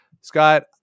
scott